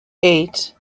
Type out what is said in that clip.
eight